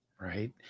Right